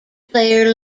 player